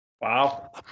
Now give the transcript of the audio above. Wow